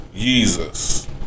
Jesus